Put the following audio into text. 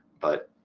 but